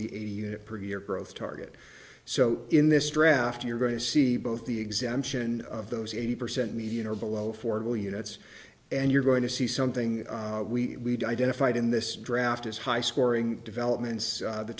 the per year growth target so in this draft you're going to see both the exemption of those eighty percent median or below fordable units and you're going to see something we identified in this draft as high scoring developments